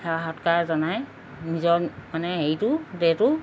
সেৱা সৎকাৰ জনাই নিজৰ মানে হেৰিটো ডেটো